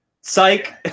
psych